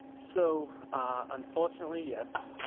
so unfortunately, yes.